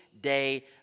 day